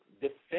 defend